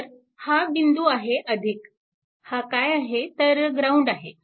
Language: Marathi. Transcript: तर हा बिंदू आहे हा काय आहे तर ग्राउंड आहे